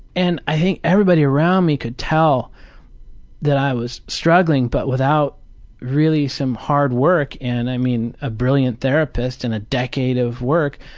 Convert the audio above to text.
and i think everybody around me could tell that i was struggling, but without really some hard work, and i mean a brilliant therapist, and a decade of work,